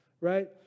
right